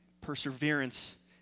perseverance